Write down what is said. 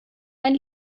ein